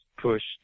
pushed